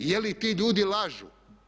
Je li ti ljudi lažu?